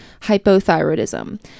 hypothyroidism